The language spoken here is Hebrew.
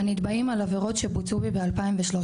הנתבעים על עבירות שבוצעו בי ב-2013,